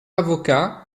avocat